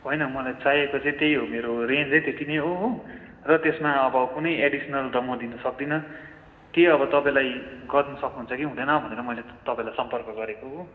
होइन मलाई चाहिएको चाहिँ त्यै हो मेरो रेन्जै त्यति नै हो हो र त्यसमा अब कुनै एडिसनल त म दिनु सक्दिनँ केही अब तपाईँलाई गर्नु सक्नुहुन्छ कि हुँदैन भनेर मैले तपाईँलाई सम्पर्क गरेको हो